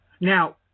now